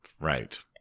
Right